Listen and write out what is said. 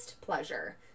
pleasure